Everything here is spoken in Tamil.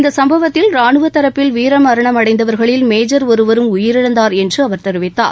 இந்த சும்பவத்தில் ரானுவத்தரப்பில் வீரமரணமடைந்தவர்களில் மேஜர் ஒருவரும் உயிரிழந்தார் என்று அவர் தெரிவித்தார்